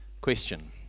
question